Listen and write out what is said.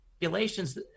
regulations